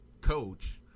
coach